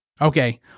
Okay